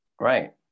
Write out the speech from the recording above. Right